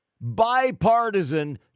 bipartisan